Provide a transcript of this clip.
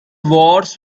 wars